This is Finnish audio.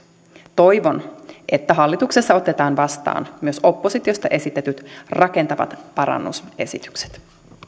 toivon että hallituksessa otetaan vastaan myös oppositiosta esitetyt rakentavat parannusesitykset